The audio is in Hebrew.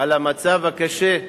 על המצב הקשה,